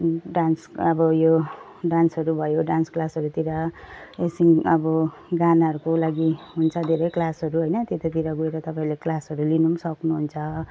dance अब यो डान्सहरू भयो डान्स क्लासहरूतिर एकछिन अब गानाहरूको लागि हुन्छ धेरै क्लासहरू होइन त्यतातिर गएर तपाईँहरूले क्लासहरू लिनु सक्नु हुन्छ